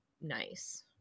nice